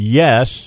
yes